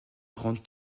grande